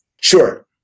Sure